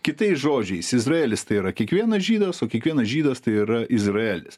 kitais žodžiais izraelis tai yra kiekvienas žydas o kiekvienas žydas tai yra izraelis